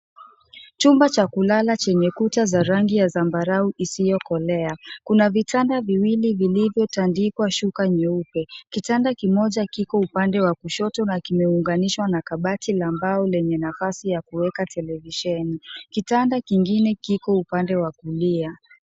Chumba cha kulala chenye kuta za rangi ya zambarau isiyokolea, kuna vitanda viwili vilivyotandikwa shuka nyeupe. Kitanda kimoja kiko upande wa kushoto na kimeunganishwa na kabati la mbao lenye nafasi ya kuweka televisheni. kitanda kingine kiko upande wa kulia.